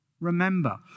remember